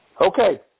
okay